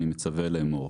אני מצווה לאמור: